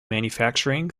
manufacturing